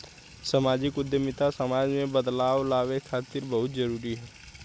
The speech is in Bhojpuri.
सामाजिक उद्यमिता समाज में बदलाव लावे खातिर बहुते जरूरी ह